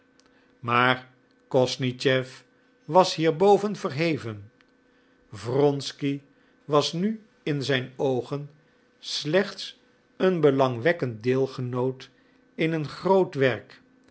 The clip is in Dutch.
maar kosnischew was hierboven verheven wronsky was nu in zijn oogen slechts een belangwekkend deelgenoot in een groot werk